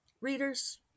readers